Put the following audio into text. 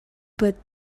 but